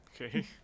Okay